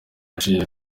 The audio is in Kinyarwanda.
yagiye